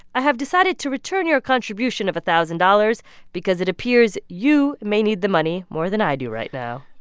i have decided to return your contribution of a thousand dollars because it appears you may need the money more than i do right now.